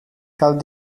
cal